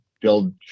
build